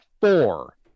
Four